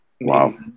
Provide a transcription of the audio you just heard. Wow